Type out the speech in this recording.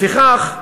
לפיכך,